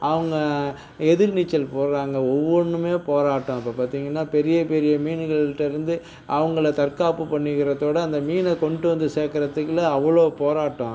அவங்க எதிர் நீச்சல் போடுறாங்க ஒவ்வொன்னுமே போராட்டம் இப்போ பார்த்தீங்கன்னா பெரிய பெரிய மீன்கள்கிட்ட இருந்து அவங்களை தற்காப்பு பண்ணிக்கறதை விட அந்த மீனை கொண்டு வந்து சேர்க்கறதுக்குள்ள அவ்வளோ போராட்டம்